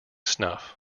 snuff